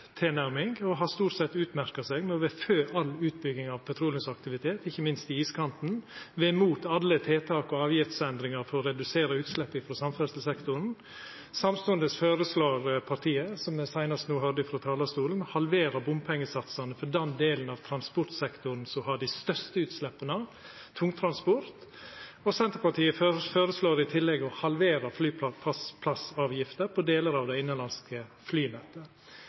tilnærming og har stort sett utmerkt seg med å vera for all utbygging av petroleumsaktivitet, ikkje minst i iskanten, og vera mot alle tiltak og avgiftsendringar for å redusera utsleppa frå samferdslesektoren. Samstundes føreslår partiet – seinast no frå talarstolen, høyrde me – å halvera bompengesatsane for den delen av transportsektoren som har dei største utsleppa, nemleg tungtransporten. Senterpartiet føreslår i tillegg å halvera flyplassavgifta på delar av det innanlandske flynettet.